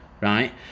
Right